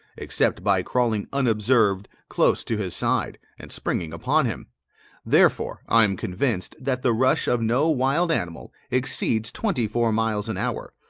except by crawling unobserved close to his side, and springing upon him therefore i am convinced that the rush of no wild animal exceeds twenty four miles an hour,